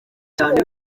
cyane